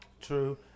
True